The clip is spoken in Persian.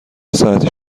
ساعتی